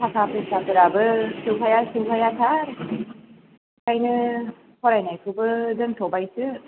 थाखा फैसाफ्राबो सौहाया सौहायाथार ओंखायनो फरायनायखौबो दोन्थ'बायसो